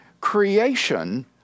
creation